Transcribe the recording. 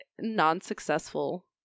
non-successful